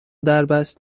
دربست